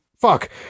Fuck